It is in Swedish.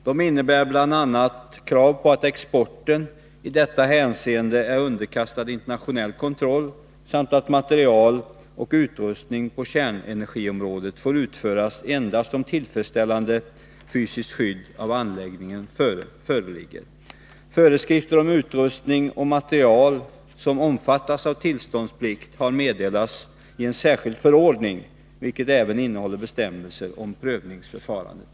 Dessa innebär bl.a. krav på att exporten i detta hänseende är underkastad internationell kontroll samt att material och utrustning på kärnenergiområdet får utföras endast om tillfredsställande fysiskt skydd av anläggningen föreligger. Föreskrifter om utrustning och material som omfattas av tillståndsplikt har meddelats i en särskild förordning, vilken även innehåller bestämmelser om prövningsförfarandet.